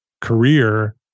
career